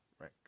right